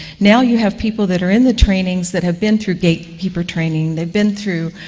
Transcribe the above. now you have people that are in the trainings that have been through gatekeeper training, they've been through,